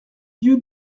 dieu